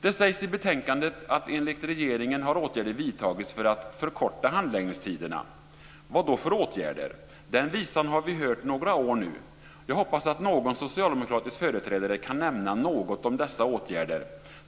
Det sägs i betänkandet att enligt regeringen har åtgärder vidtagits för att förkorta handläggningstiderna. Vilka åtgärder är det? Den visan har vi nu hört några år. Jag hoppas att någon socialdemokratisk företrädare kan nämna något om dessa åtgärder.